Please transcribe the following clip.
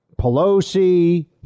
Pelosi